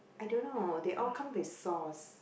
I don't know they all come with sauce